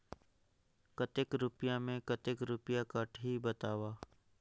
कतेक रुपिया मे कतेक रुपिया कटही बताव?